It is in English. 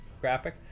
graphic